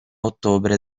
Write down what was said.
ottobre